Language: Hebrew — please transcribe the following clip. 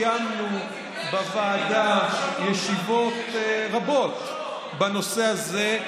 קיימנו בוועדה ישיבות רבות בנושא הזה,